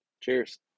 cheers